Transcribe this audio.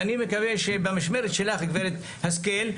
אני מקווה שבמשמרת שלך גברת השכל,